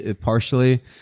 partially